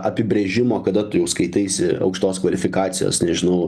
apibrėžimo kada tu jau skaitaisi aukštos kvalifikacijos nežinau